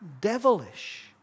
devilish